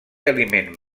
aliment